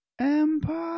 Empire